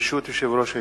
ברשות יושב-ראש הישיבה,